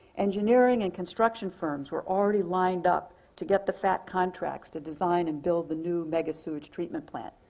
engineering and construction firms were already lined up to get the fat contracts to design and build the new mega sewage treatment plant,